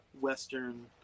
Western